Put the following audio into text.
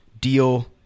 deal